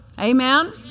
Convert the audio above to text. Amen